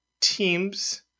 teams